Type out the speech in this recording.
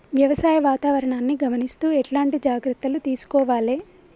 వ్యవసాయ వాతావరణాన్ని గమనిస్తూ ఎట్లాంటి జాగ్రత్తలు తీసుకోవాలే?